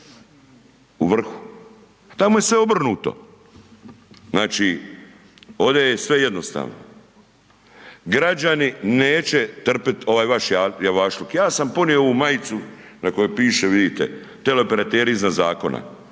u vrhu. Tamo je sve obrnuto, znači ovdje je sve jednostavno. Građani neće trpit ovaj vaš javašluk, ja sam ponio ovu majcu na kojoj pište vidite, teleoperateri iznad zakona.